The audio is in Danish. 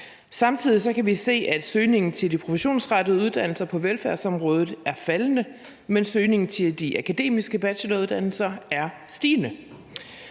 Samtidig kan vi se, at søgningen til de professionsrettede uddannelser på velfærdsområdet er faldende, mens søgningen til de akademiske bacheloruddannelser er stigende.